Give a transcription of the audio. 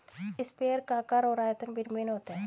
sprayer का आकार और आयतन भिन्न भिन्न होता है